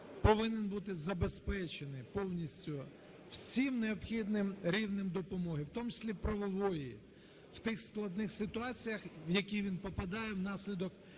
повинен бути забезпечений повністю всім необхідним рівнем допомоги, в тому числі правової, в тих складних ситуаціях, в які він попадає внаслідок